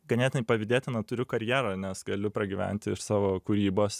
ganėtinai pavydėtiną turiu karjerą nes galiu pragyventi iš savo kūrybos